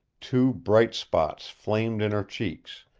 two bright spots flamed in her cheeks,